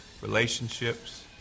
relationships